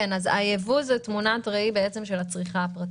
הייבוא זה תמונת ראי של הצריכה הפרטית.